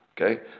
Okay